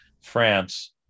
france